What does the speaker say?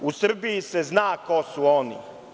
U Srbiji se zna ko su oni.